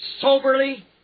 soberly